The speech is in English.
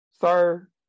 Sir